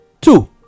Two